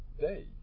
day